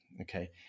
Okay